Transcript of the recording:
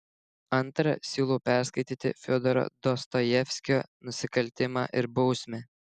antra siūlau perskaityti fiodoro dostojevskio nusikaltimą ir bausmę